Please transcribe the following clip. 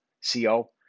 C-O